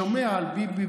שומע על ביבי,